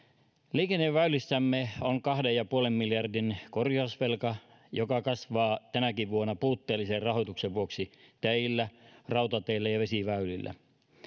liikenneväylissämme on kahden ja puolen miljardin korjausvelka joka kasvaa tänäkin vuonna puutteellisen rahoituksen vuoksi teillä rautateillä ja vesiväylillä